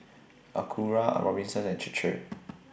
Acura A Robinsons and Chir Chir